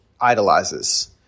idolizes